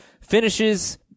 finishes